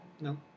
No